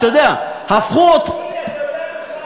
אתה יודע בכלל מה נעשה?